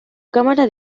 cámara